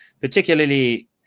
particularly